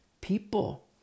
people